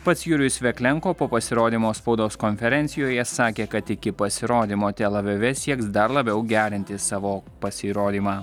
pats jurijus veklenko po pasirodymo spaudos konferencijoje sakė kad iki pasirodymo tel avive sieks dar labiau gerinti savo pasirodymą